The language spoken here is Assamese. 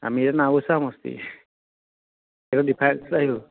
আমি নাওবৈচা সমষ্টি সেইটো ডিফাৰেন্সটো আহি গ'ল